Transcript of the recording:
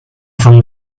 from